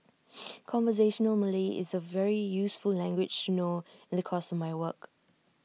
conversational Malay is A very useful language to know in the course of my work